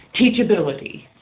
teachability